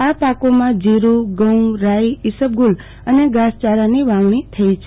આ પાકોમાં જીર ઘઉં રાઈ ઈસબગુલ અને ઘાસચારાની વાવણી થઈ છે